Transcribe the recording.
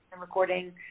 recording